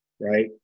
right